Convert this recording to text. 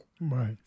Right